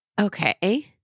Okay